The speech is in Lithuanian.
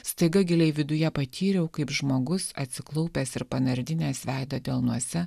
staiga giliai viduje patyriau kaip žmogus atsiklaupęs ir panardinęs veidą delnuose